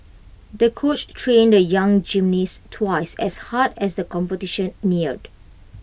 the coach trained the young gymnast twice as hard as the competition neared